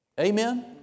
Amen